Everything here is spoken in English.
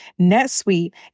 NetSuite